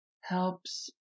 helps